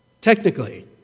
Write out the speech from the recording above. Technically